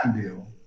deal